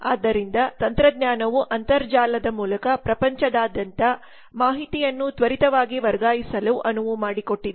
ಆದ್ದರಿಂದ ತಂತ್ರಜ್ಞಾನವು ಅಂತರ್ಜಾಲದ ಮೂಲಕ ಪ್ರಪಂಚದಾದ್ಯಂತ ಮಾಹಿತಿಯನ್ನು ತ್ವರಿತವಾಗಿ ವರ್ಗಾಯಿಸಲು ಅನುವು ಮಾಡಿಕೊಟ್ಟಿದೆ